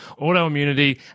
autoimmunity